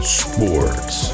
sports